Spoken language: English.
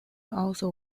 also